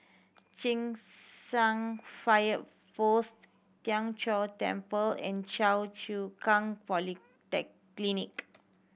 Cheng San Fire Post Tien Chor Temple and Choa Chu Kang Poly tech clinic